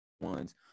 ones